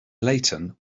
leighton